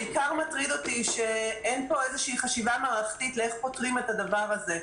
בעיקר מטריד אותי שאין פה איזו חשיבה מערכתית איך פותרים את הדבר הזה.